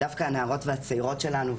דווקא הנערות והצעירות שלנו,